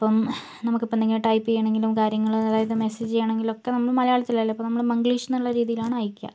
ഇപ്പോ നമുക്കിപ്പോൾ ഇങ്ങനെ ടൈപ്പ് ചെയ്യണമെങ്കിലും കാര്യങ്ങള് അതായത് മെസ്സേജ് ചെയ്യണമെങ്കിലും ഒക്കെ നമ്മൾ മലയാളത്തില് അല്ല ഇപ്പൊ നമ്മൾ മംഗ്ലീഷ് എന്നുള്ള രീതിയിലാണ് അയയ്ക്കുക